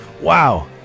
Wow